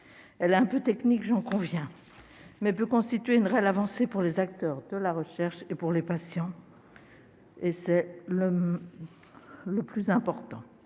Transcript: Elle est quelque peu technique, j'en conviens, mais peut constituer une réelle avancée pour les acteurs de la recherche et pour les patients, ce qui est le plus important.